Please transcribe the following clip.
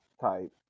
type